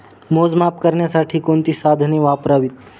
मोजमाप करण्यासाठी कोणती साधने वापरावीत?